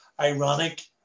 ironic